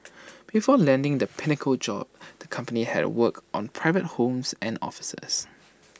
before landing the pinnacle job the company had worked on private homes and offices